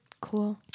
Cool